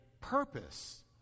purpose